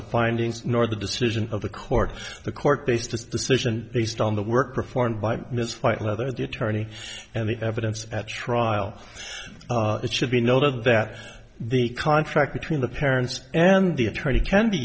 the findings nor the decision of the court the court based its decision based on the work performed by misfired mother the attorney and the evidence at trial it should be noted that the contract between the parents and the attorney can be